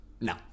No